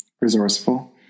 Resourceful